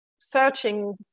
searching